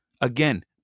Again